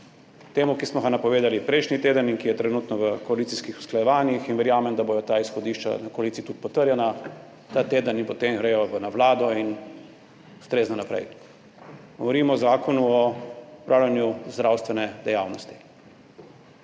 temu, ki smo ga napisali prejšnji teden in ki je trenutno v koalicijskih usklajevanjih. In verjamem, da bodo ta izhodišča v koaliciji tudi potrjena ta teden in potem gredo na vlado in ustrezno naprej. Govorimo o Zakonu o opravljanju zdravstvene dejavnosti.